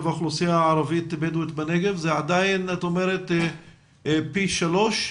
האוכלוסייה הערבית הבדווית בנגב הוא פי 3?